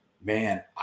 Man